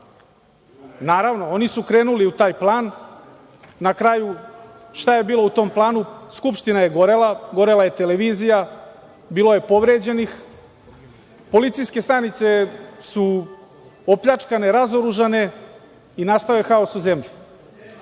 Naravno, oni su krenuli u taj plan. Na kraju, šta je bilo u tom planu? Skupština je gorela, gorela je televizija, bilo je povređenih, policijske stanice su opljačkane, razoružane i nastao je haos u zemlji.